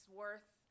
worth